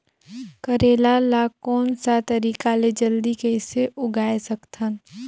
करेला ला कोन सा तरीका ले जल्दी कइसे उगाय सकथन?